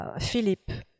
Philippe